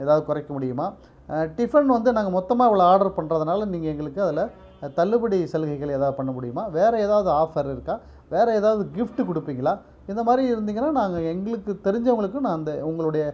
எதாவது குறைக்க முடியுமா டிஃபன் வந்து நாங்கள் மொத்தமாக இவ்வளோ ஆர்டர் பண்ணுறதுனால நீங்கள் எங்களுக்கு அதில் தள்ளுபடி சலுகைகள் எதாக பண்ண முடியுமா வேறே எதாவது ஆஃபர் இருக்கா வேறே எதாவது கிஃப்ட்டு கொடுப்பீங்களா இந்த மாதிரி இருந்தீங்கன்னா நாங்கள் எங்களுக்கு தெரிஞ்சவங்களுக்கும் நான் அந்த உங்களுடைய